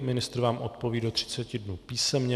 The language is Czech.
Pan ministr vám odpoví do 30 dnů písemně.